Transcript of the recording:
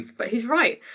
but he's right.